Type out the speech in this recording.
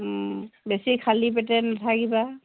বেছি খালী পেটে নাথাকিবা